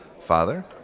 Father